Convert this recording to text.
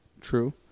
True